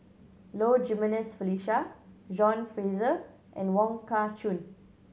Low Jimenez Felicia John Fraser and Wong Kah Chun